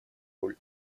роль